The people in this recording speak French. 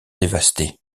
dévasté